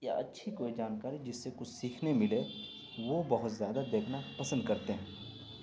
یا اچھی کوئی جانکاری جس سے کچھ سیکھنے ملے وہ بہت زیادہ دیکھنا پسند کرتے ہیں